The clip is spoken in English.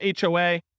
HOA